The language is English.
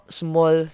small